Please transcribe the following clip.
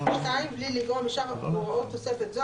(2) בלי לגרוע משאר הוראות תוספת זו,